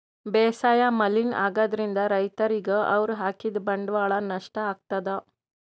ಬೇಸಾಯ್ ಮಲಿನ್ ಆಗ್ತದ್ರಿನ್ದ್ ರೈತರಿಗ್ ಅವ್ರ್ ಹಾಕಿದ್ ಬಂಡವಾಳ್ ನಷ್ಟ್ ಆಗ್ತದಾ